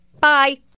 Bye